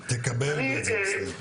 הדרישה מוצדקת,